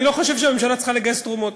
אני לא חושב שהממשלה צריכה לגייס תרומות.